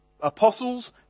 apostles